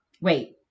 wait